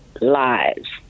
lives